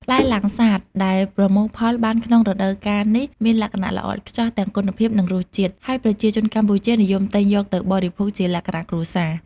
ផ្លែលាំងសាតដែលប្រមូលផលបានក្នុងរដូវកាលនេះមានលក្ខណៈល្អឥតខ្ចោះទាំងគុណភាព និងរសជាតិ ហើយប្រជាជនកម្ពុជានិយមទិញយកទៅបរិភោគជាលក្ខណៈគ្រួសារ។